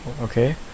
okay